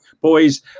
Boys